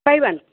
five one